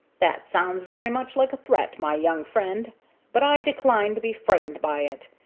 that sounds very much like a threat, my young friend but i decline to be frightened by it,